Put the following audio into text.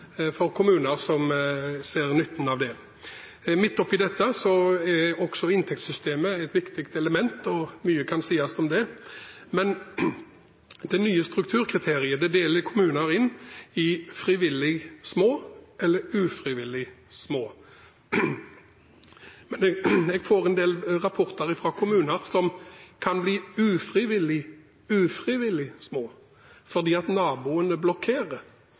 kommuner som ser nytten av det. Midt oppe i dette er også inntektssystemet et viktig element. Mye kan sies om det, men det nye strukturkriteriet deler kommuner inn i «frivillig små» eller «ufrivillig små». Men jeg får en del rapporter fra kommuner som kan bli «ufrivillig små», fordi naboene blokkerer.